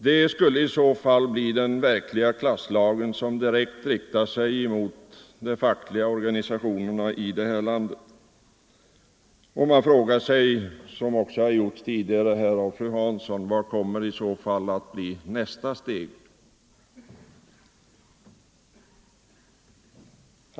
Det skulle i så fall bli en verklig klasslag, som direkt skulle rikta sig mot de fackliga organisationerna i vårt land. Man frågar sig, som också fru Hansson gjorde, vad som i så fall kommer att bli nästa steg.